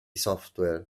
software